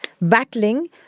battling